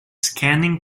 scanning